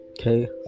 okay